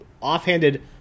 offhanded